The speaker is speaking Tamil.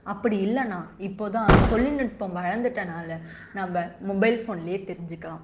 அப்படி இல்லைனா இப்போ தான் தொழில்நுட்பம் வளர்ந்துட்டனால் நம்ம மொபைல் போன்லேயே தெரிஞ்சுக்கலாம்